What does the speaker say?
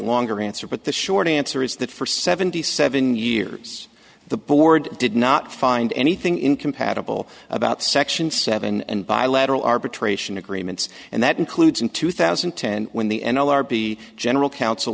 longer answer but the short answer is that for seventy seven years the board did not find anything incompatible about section seven and bilateral arbitration agreements and that includes in two thousand and ten when the n l r b general coun